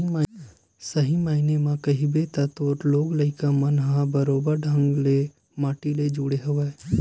सही मायने म कहिबे त तोर लोग लइका मन ह बरोबर बने ढंग ले माटी ले जुड़े हवय